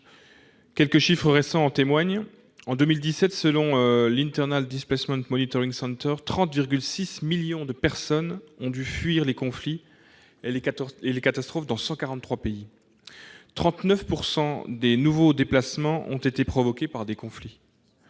Quelques chiffres récents en témoignent : en 2017, selon l', l'IDMC, 30,6 millions de personnes ont dû fuir les conflits et les catastrophes dans 143 pays ; 39 % des nouveaux déplacements ont été provoqués par des conflits